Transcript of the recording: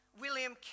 William